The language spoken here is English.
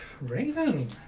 Raven